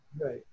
Right